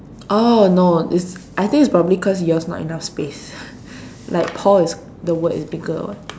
oh no it's I think it's probably cause yours not enough space like Paul is the word is bigger or what